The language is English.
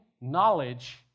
knowledge